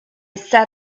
set